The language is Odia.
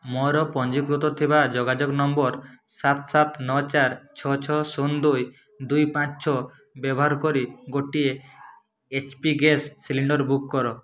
ମୋର ପଞ୍ଜୀକୃତ ଥିବା ଯୋଗାଯୋଗ ନମ୍ବର୍ ସାତ ସାତ ନଅ ଚାରି ଛଅ ଛଅ ଶୂନ ଦୁଇ ଦୁଇ ପାଞ୍ଚ ଛଅ ବ୍ୟବାହାର କରି ଗୋଟିଏ H P gas cylinder book କର